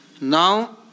now